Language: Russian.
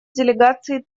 делегации